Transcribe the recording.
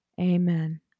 Amen